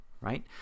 right